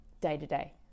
day-to-day